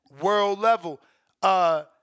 world-level